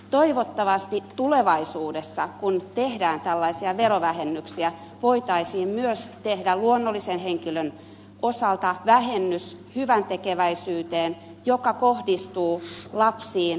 toivottavasti tulevaisuudessa kun tehdään tällaisia verovähennyksiä voitaisiin myös tehdä luonnollisen henkilön osalta vähennys hyväntekeväisyyteen joka kohdistuu lapsiin